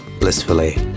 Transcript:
blissfully